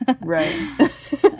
Right